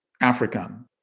African